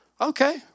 Okay